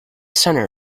centre